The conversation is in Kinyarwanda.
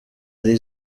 ari